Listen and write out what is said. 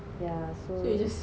yeah so